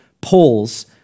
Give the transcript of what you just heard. polls